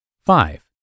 Five